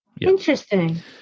Interesting